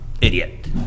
idiot